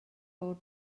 bod